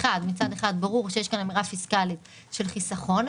מצד אחד ברור שיש כאן אמירה פיסקלית של חיסכון,